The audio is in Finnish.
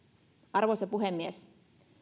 arvoisa puhemies